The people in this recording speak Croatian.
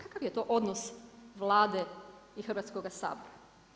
Kakav je to odnos Vlade i Hrvatskog sabora?